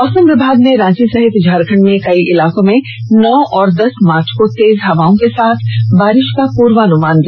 मौसम विमाग ने रांची सहित झारखंड के कई इलाकों में नौ और दस मार्च को तेज हवा के साथ बारिश होने का पूर्वानुमान जताया है